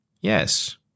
Yes